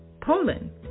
Poland